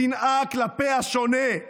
שנאה כלפי השונה,